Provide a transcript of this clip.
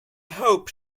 hope